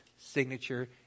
signature